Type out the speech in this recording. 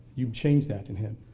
you've changed that in him.